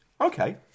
Okay